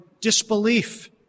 disbelief